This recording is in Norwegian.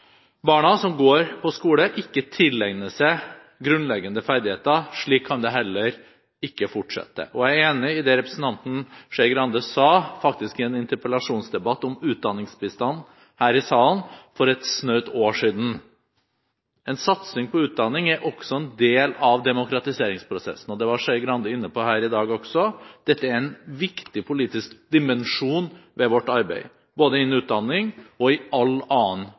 barna som går på skole, ikke tilegner seg grunnleggende ferdigheter. Slik kan det heller ikke fortsette. Jeg er enig i det representanten Skei Grande sa i en interpellasjonsdebatt om utdanningsbistand her i salen for et snaut år siden – en satsing på utdanning er også en del av en demokratiseringsprosess. Det var Skei Grande inne på også i dag. Dette er en viktig politisk dimensjon ved vårt arbeid, både innen utdanning og i all annen